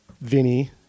Vinny